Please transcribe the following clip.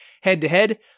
head-to-head